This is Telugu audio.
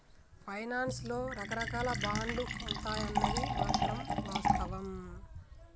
ఫైనాన్స్ లో రకరాకాల బాండ్లు ఉంటాయన్నది మాత్రం వాస్తవం